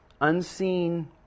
unseen